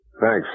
Thanks